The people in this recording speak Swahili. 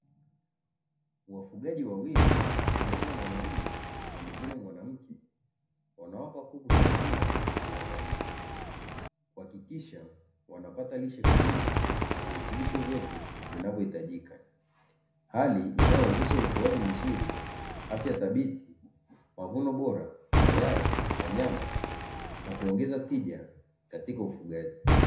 Wafugaji wawili mmoja mwanaume na mwingine mwanamke wanawapa kuku chakula kwa uangalifu, kuhakikisha wanapata lishe kamili na virutubisho vyote vinavyohitajika hali inayowezesha ukuaji mzuri afya thabiti mavuno bora ya maayai na nyama na kuongeza tija katika ufugaji.